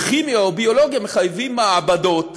וכימיה או ביולוגיה מחייבים מעבדות